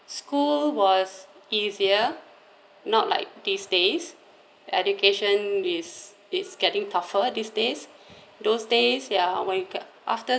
school was easier not like these days education is is getting tougher these days those days ya when you after